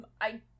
I-